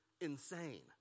insane